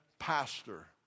Pastor